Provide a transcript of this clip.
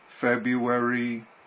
February